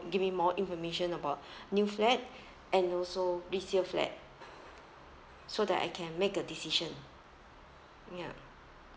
give me more information about new flat and also resale flat so that I can make a decision ya